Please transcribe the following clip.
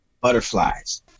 butterflies